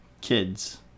kids